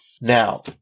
Now